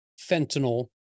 fentanyl